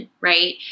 Right